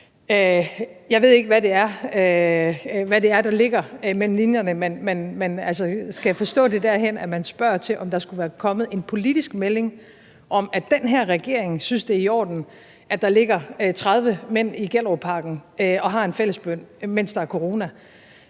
Jeg ved ikke, hvad det er, der ligger mellem linjerne, men skal jeg forstå det derhen, at man spørger til, om der skulle være kommet en politisk melding om, at den her regering synes, det er i orden, at der ligger 30 mænd i Gellerupparken og har en fællesbøn, mens der er corona?